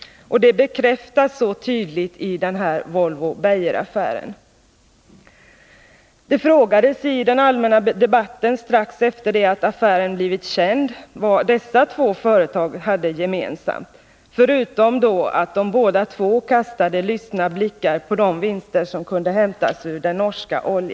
Det bekräftas så tydligt i den här Volvo-Beijeraffären. Det frågades i den allmänna debatten, strax efter det att affären blivit känd, vad dessa två företag hade gemensamt förutom att båda kastade lystna blickar på de vinster som kunde hämtas ur den norska oljan.